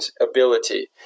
ability